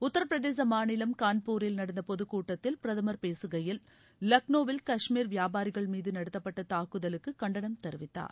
உத்தர பிரதேச மாநிலம் கான்பூரில் நடந்த பொது கூட்டத்தில் பிரதூர் பேககையில் லக்னோவில் காஷ்மீரி வியாபாரிகள் மீது நடத்தப்பட்ட தாக்குதலுக்கு கண்டனம் தெரிவித்தார்